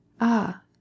Ah